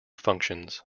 functions